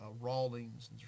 Rawlings